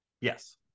yes